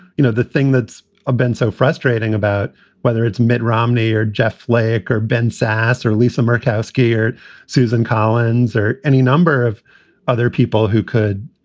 you know, the thing that's ah been so frustrating about whether it's mitt romney or jeff flake or ben sasse or lisa murkowski or susan collins or any number of other people who could,